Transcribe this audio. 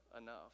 enough